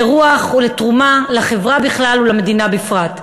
לרוח ולתרומה לחברה בכלל ולמדינה בפרט.